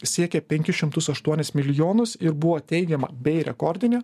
siekė penkis šimtus aštuonis milijonus ir buvo teigiama bei rekordinė